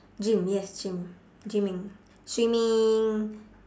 gym yes gym gyming swimming